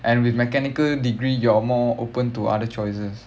and with mechanical degree you are more open to other choices